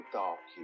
dark